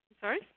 Sorry